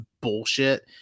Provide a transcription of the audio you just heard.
bullshit